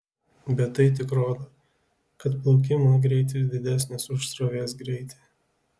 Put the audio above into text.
bet tai tik rodo kad plaukimo greitis didesnis už srovės greitį